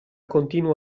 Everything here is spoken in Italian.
continuo